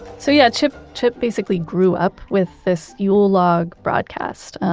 so yeah, chip chip basically grew up with this yule log broadcast.